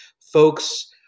folks